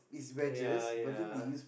ya ya